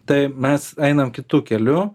tai mes einam kitu keliu